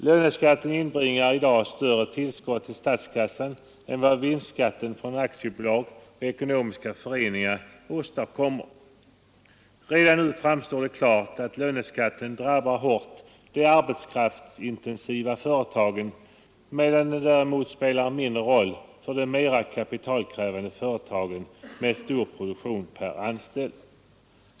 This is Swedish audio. Löneskatten inbringar i dag större tillskott till statskassan än vad vinstskatten från aktiebolag och ekonomiska föreningar åstadkommer. Redan nu framstår det klart att löneskatten hårt drabbar de arbetskraftsintensiva företagen, medan den däremot spelar mindre roll för de mera kapitalkrävande företagen med stor produktion per anställd.